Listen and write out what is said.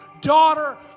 daughter